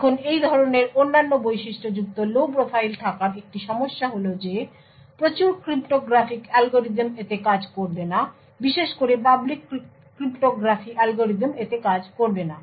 এখন এই ধরনের অন্যান্য বৈশিষ্ট্যযুক্ত লো প্রোফাইল থাকার একটি সমস্যা হল যে প্রচুর ক্রিপ্টোগ্রাফিক অ্যালগরিদম এতে কাজ করবে না বিশেষ করে পাবলিক ক্রিপ্টোগ্রাফি অ্যালগরিদম এতে কাজ করবে না